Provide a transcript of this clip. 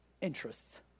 interests